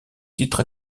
titre